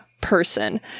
person